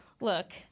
look